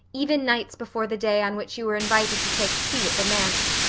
even nights before the day on which you are invited to take tea at the manse.